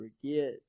forget